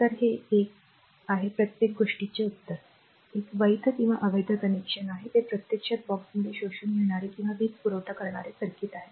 तर हे एक आहे आणि प्रत्येक गोष्टीचे उत्तर आहे हे एक वैध किंवा अवैध कनेक्शन आहे ते प्रत्यक्षात बॉक्समध्ये शोषून घेणारे किंवा वीज पुरवठा करणारे सर्किट आहे